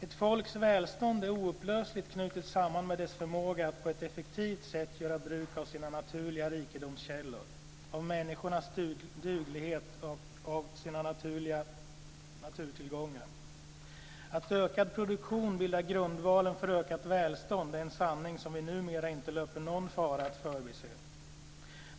Ett folks välstånd är oupplösligt knutet samman med dess förmåga att på ett effektivt sätt göra bruk av sina naturliga rikedomskällor, av människornas duglighet och av sina naturtillgångar. Att ökad produktion bildar grundvalen för ökat välstånd är en sanning som vi numera inte löper någon fara att förbise.